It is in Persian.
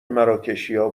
مراکشیا